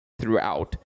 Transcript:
throughout